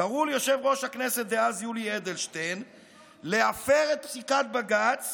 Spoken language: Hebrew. קראו ליושב-ראש הכנסת דאז יולי אדלשטיין להפר את פסיקת בג"ץ